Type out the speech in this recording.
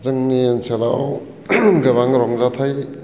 जोंनि ओनसोलाव गोबां रंजाथाय